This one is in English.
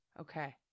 Okay